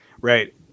Right